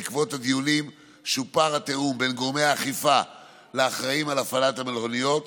בעקבות הדיונים שופר התיאום בין גורמי האכיפה לאחראים להפעלת המלוניות.